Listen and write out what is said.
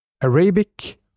Arabic